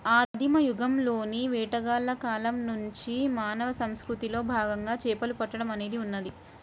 ఆదిమ యుగంలోని వేటగాళ్ల కాలం నుండి మానవ సంస్కృతిలో భాగంగా చేపలు పట్టడం అనేది ఉన్నది